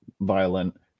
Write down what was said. violent